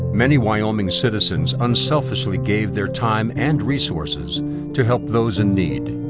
many wyoming citizens unselfishly gave their time and resources to help those in need.